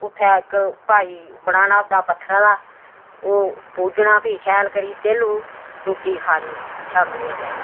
उत्थै इक भाई बनाना ओह्दा पत्थरै दा ओह् पूजना फ्ही शैल करियै तेह्लूं रुट्टी खानी शामीं बेल्लै